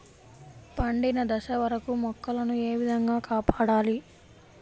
పండిన దశ వరకు మొక్కల ను ఏ విధంగా కాపాడాలి?